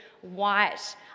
white